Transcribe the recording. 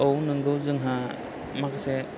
औ नंगौ जोंहा माखासे